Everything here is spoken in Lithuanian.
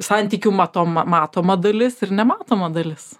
santykių matoma matoma dalis ir nematoma dalis